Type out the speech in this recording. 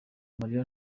marira